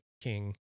king